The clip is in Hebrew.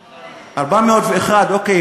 401. 401, אוקיי.